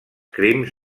crims